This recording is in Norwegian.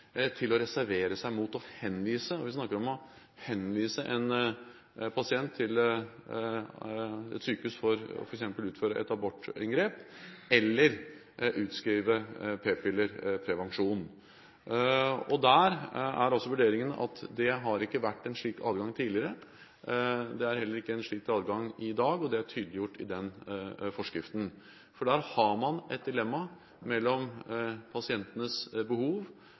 å reservere seg mot å henvise – vi snakker om å henvise en pasient til et sykehus for f.eks. å få utført et abortinngrep eller utskrive p-piller/prevensjon. Der er vurderingen at det ikke har vært en slik adgang tidligere. Det er heller ikke en slik adgang i dag, og det er tydeliggjort i den forskriften. Her har man et dilemma mellom pasientenes behov